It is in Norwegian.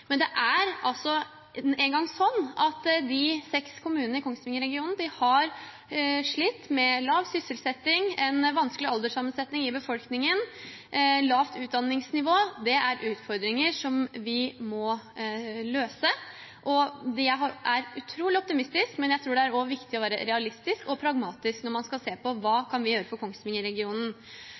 Men det er nå engang sånn at de seks kommunene i Kongsvinger-regionen har slitt med lav sysselsetting, en vanskelig alderssammensetning i befolkningen og et lavt utdanningsnivå. Det er utfordringer som vi må løse. Jeg er utrolig optimistisk, men jeg tror det også er viktig å være realistisk og pragmatisk når man skal se på hva vi kan gjøre for Kongsvinger-regionen. Det er en rekke konkrete ting som ville løftet regionen